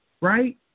Right